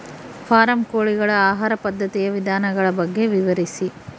Form ಕೋಳಿಗಳ ಆಹಾರ ಪದ್ಧತಿಯ ವಿಧಾನಗಳ ಬಗ್ಗೆ ವಿವರಿಸಿ?